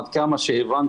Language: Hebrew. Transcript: עד כמה שהבנתי,